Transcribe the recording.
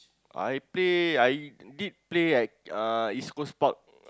I play I did play at uh East-Coast-Park